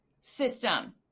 system